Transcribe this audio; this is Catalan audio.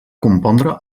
compondre